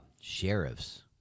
sheriffs